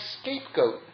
scapegoat